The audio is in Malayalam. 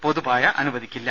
പൊതുപായ അനുവദിക്കില്ല